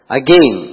again